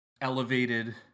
elevated